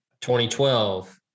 2012